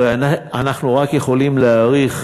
הרי אנחנו רק יכולים להעריך,